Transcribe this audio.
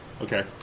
okay